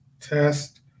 test